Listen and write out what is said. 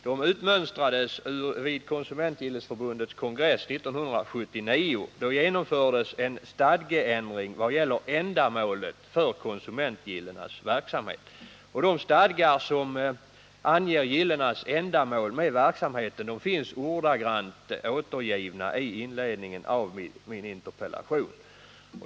De utmönstrades vid Konsumentgillesförbundets kongress 1979. Då genomfördes en stadgeändring i vad gäller ändamålet för konsumentgillenas verksamhet. De stadgar som anger gillenas ändamål med verksamheten finns ordagrant återgivna i inledningen av min interpellation.